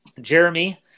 Jeremy